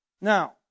now